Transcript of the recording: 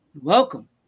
Welcome